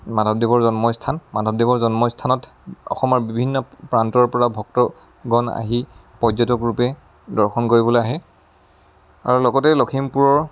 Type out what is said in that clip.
মাধৱদেৱৰ জন্মস্থান মাধৱদেৱৰ জন্মস্থানত অসমৰ বিভিন্ন প্ৰান্তৰ পৰা ভক্তগণ আহি পৰ্যটকৰূপে দৰ্শন কৰিবলৈ আহে আৰু লগতে লখিমপুৰৰ